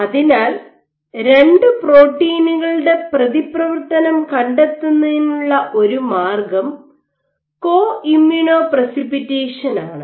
അതിനാൽ രണ്ടു പ്രോട്ടീനുകളുടെ പ്രതിപ്രവർത്തനം കണ്ടെത്തുന്നതിനുള്ള ഒരു മാർഗം കോ ഇമ്മ്യൂണോ പ്രസിപിറ്റേഷൻ ആണ്